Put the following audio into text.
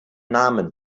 namen